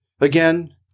Again